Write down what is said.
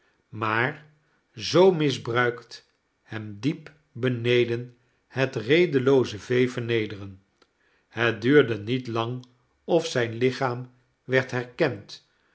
maar zoo misbruikt hem diep beneden het redelooze vee vernederen het duurde niet lang of zijn lichaam werd herkend